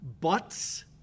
buts